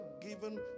given